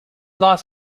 las